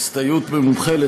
(הסתייעות במומחה או